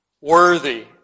Worthy